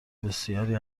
بسیاری